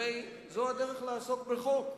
הרי זו הדרך לעסוק בחוק.